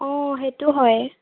অঁ সেইটো হয়